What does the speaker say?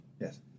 yes